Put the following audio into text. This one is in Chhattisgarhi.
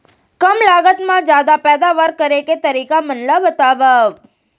कम लागत मा जादा पैदावार करे के तरीका मन ला बतावव?